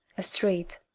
a street.